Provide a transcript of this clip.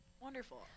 wonderful